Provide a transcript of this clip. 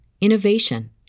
innovation